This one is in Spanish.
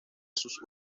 sus